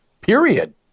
period